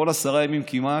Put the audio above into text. כל עשרה ימים כמעט,